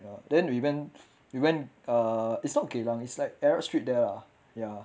then we went we went err it's not geylang it's like arab street there ah ya